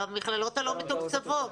על המכללות הלא מתוקצבות,